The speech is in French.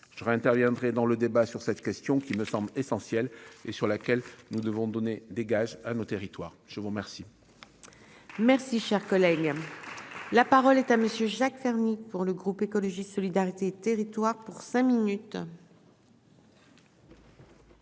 je interviendrait dans le débat sur cette question qui me semble essentielle et sur laquelle nous devons donner des gages à nos territoires, je vous remercie. Merci, cher collègue, la parole est à monsieur Jacques Fernique, pour le groupe écologiste solidarité territoire pour cinq minutes.